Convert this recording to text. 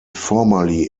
formerly